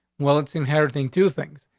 well, it's inheriting two things.